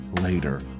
later